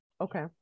Okay